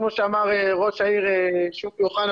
כמו שאמר ראש העיר שוקי אוחנה,